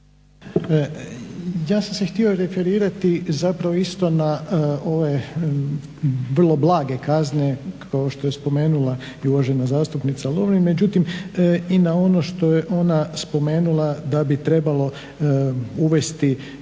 Ja sam se htio referirati na ove vrlo blage kazne kao što je spomenula i uvažena zastupnica LOvrin međutim i na ono što je ona spomenula da bi trebalo uvesti